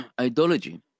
ideology